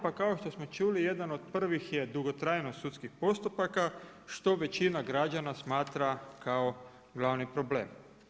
Pa kao što smo čuli jedan od prvih je dugotrajnost sudskih postupaka što većina građana smatra kao glavni problem.